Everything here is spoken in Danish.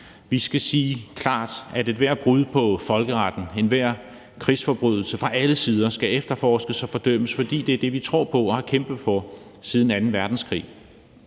Vi skal sige klart, at ethvert brud på folkeretten og enhver krigsforbrydelse, fra alle sider, skal efterforskes og fordømmes, fordi det er det, vi tror på og har kæmpet for siden anden verdenskrig.